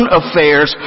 affairs